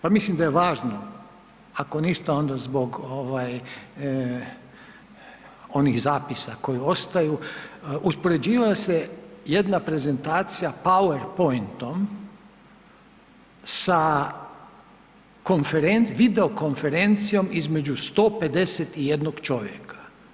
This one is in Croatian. Pa mislim da je važno, ako ništa, onda zbog onih zapisa koji ostaju, uspoređivala se jedna prezentacija PowerPointom sa video-konferencijom između 151 čovjeka.